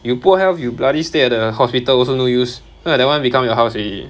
you poor health you bloody stay at the hospital also no use that [one] become your house already